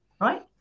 right